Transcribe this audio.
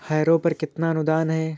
Harrow पर कितना अनुदान है?